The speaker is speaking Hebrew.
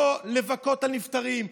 לא לבכות את הנפטרים,